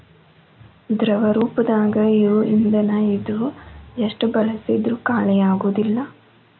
ದ್ರವ ರೂಪದಾಗ ಇರು ಇಂದನ ಇದು ಎಷ್ಟ ಬಳಸಿದ್ರು ಖಾಲಿಆಗುದಿಲ್ಲಾ